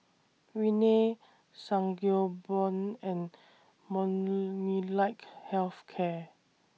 Rene Sangobion and Molnylcke Health Care